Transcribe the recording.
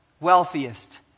wealthiest